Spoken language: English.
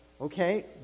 Okay